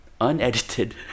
unedited